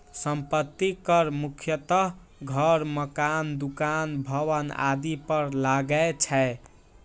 संपत्ति कर मुख्यतः घर, मकान, दुकान, भवन आदि पर लागै छै